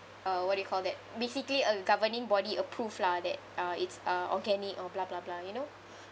uh what do you call that basically a governing body approved lah that's uh it's uh organic or blah blah blah you know